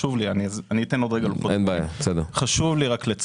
אני אתן עוד לוחות זמנים,